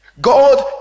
God